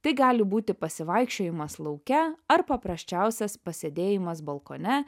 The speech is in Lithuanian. tai gali būti pasivaikščiojimas lauke ar paprasčiausias pasėdėjimas balkone